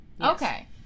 Okay